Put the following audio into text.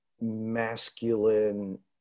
masculine